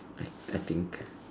I I think